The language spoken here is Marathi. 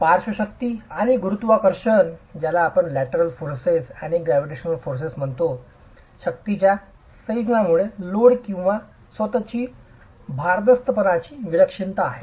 पार्श्वशक्ती आणि गुरुत्वाकर्षण शक्तीच्या संयोजनामुळे लोड किंवा स्वत ची भारदस्तपणाची विलक्षणता आहे